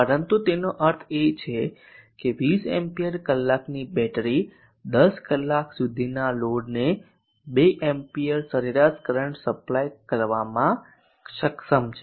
પરંતુ તેનો અર્થ એ છે કે 20 એમ્પીયર કલાકની બેટરી 10 કલાક સુધીના લોડને 2 amps સરેરાશ કરંટ સપ્લાય કરવામાં સક્ષમ છે